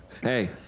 Hey